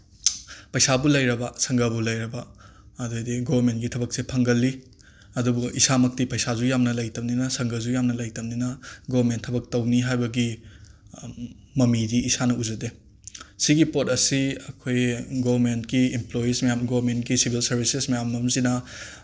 ꯄꯩꯁꯥꯕꯨ ꯂꯩꯔꯕ ꯁꯪꯒꯕꯨ ꯂꯩꯔꯕ ꯑꯗꯨꯗꯤ ꯒꯣꯃꯦꯟꯒꯤ ꯊꯕꯛꯁꯤ ꯐꯪꯒꯜꯂꯤ ꯑꯗꯨꯕꯨ ꯏꯁꯥꯃꯛꯇꯤ ꯄꯩꯁꯥꯁꯨ ꯌꯥꯝꯅ ꯂꯩꯇꯝꯅꯤꯅ ꯁꯪꯒꯁꯨ ꯌꯥꯝꯅ ꯂꯩꯇꯝꯅꯤꯅ ꯒꯣꯃꯦꯟ ꯊꯕꯛ ꯇꯧꯅꯤ ꯍꯥꯏꯕꯒꯤ ꯃꯃꯤꯗꯤ ꯏꯁꯥꯅ ꯎꯖꯗꯦ ꯁꯤꯒꯤ ꯄꯣꯠ ꯑꯁꯤ ꯑꯩꯈꯣꯏ ꯒꯣꯃꯦꯟꯀꯤ ꯏꯝꯄ꯭ꯂꯣꯏꯌꯤꯁ ꯃꯌꯥꯝ ꯒꯣꯃꯦꯟꯀꯤ ꯁꯤꯚꯤꯜ ꯁꯔꯚꯤꯁꯦꯁ ꯃꯌꯥꯝ ꯑꯃꯁꯤꯅ